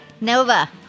Nova